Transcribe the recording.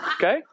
okay